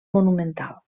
monumental